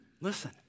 listen